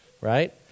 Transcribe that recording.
right